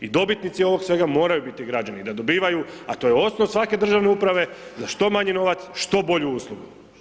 I dobitnici ovog svega moraju biti građani da dobivaju a to je osnov svake državne uprave za što manji novac što bolju uslugu.